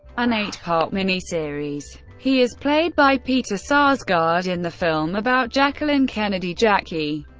an eight part miniseries. he is played by peter sarsgaard in the film about jacqueline kennedy, jackie.